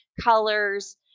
colors